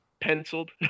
penciled